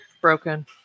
broken